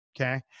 Okay